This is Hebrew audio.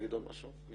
אני